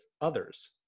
others